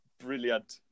Brilliant